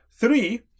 Three